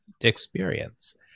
experience